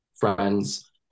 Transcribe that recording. friends